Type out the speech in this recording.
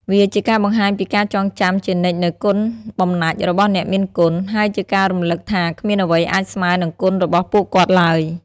វាជាការបង្ហាញពីការចងចាំជានិច្ចនូវគុណបំណាច់របស់អ្នកមានគុណ ហើយជាការរំលឹកថាគ្មានអ្វីអាចស្មើនឹងគុណរបស់ពួកគាត់ឡើយ។